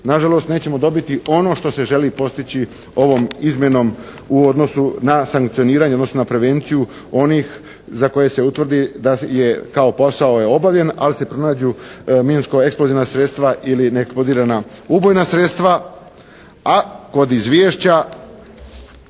nažalost nećemo dobiti ono što se želi postići ovom izmjenom u odnosu na sankcioniranje odnosno na prevenciju onih za koje se utvrdi da je kao posao je obavljen ali se pronađu minsko-eksplozivna sredstva ili neeksplodirana ubojna sredstva. A kod izvješća